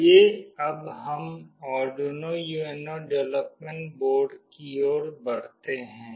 आइए अब हम आर्डुइनो UNO डेवलपमेंट बोर्ड की ओर बढ़ते हैं